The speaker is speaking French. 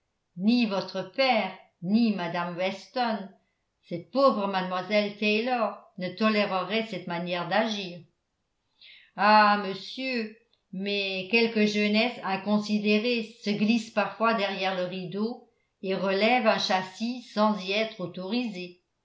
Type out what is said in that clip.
ni votre père ni mme weston cette pauvre mlle taylor ne toléreraient cette manière d'agir ah monsieur mais quelque jeunesse inconsidérée se glisse parfois derrière le rideau et relève un châssis sans y être autorisée